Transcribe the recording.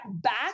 back